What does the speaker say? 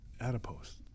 adipose